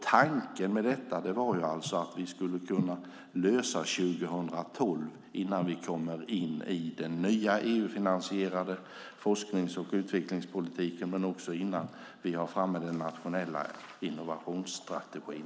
Tanken med detta var att vi skulle kunna klara 2012 innan vi kommer in i den nya EU-finansierade forsknings och utvecklingspolitiken och innan vi har fått fram den nationella innovationsstrategin.